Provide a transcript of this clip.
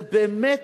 זה באמת,